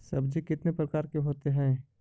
सब्जी कितने प्रकार के होते है?